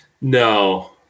No